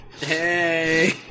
Hey